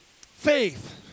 faith